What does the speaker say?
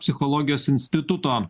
psichologijos instituto